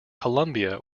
columbia